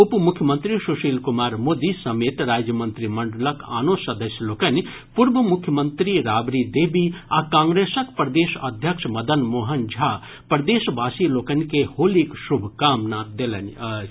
उपमुख्यमंत्री सुशील कुमार मोदी समेत राज्य मंत्रिमंडलक आनो सदस्य लोकनि पूर्व मुख्यमंत्री राबड़ी देवी आ कांग्रेसक प्रदेश अध्यक्ष मदन मोहन झा प्रदेशवासी लोकनि के होलीक शुभकामना देलनि अछि